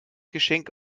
geschenk